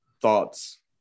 Thoughts